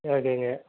ஓகேங்க